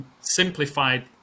simplified